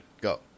Go